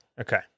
okay